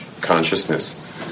consciousness